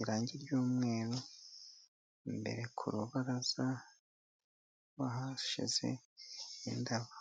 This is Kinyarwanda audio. irangi ry'umweru, imbere ku rubaraza bahashyize indabo.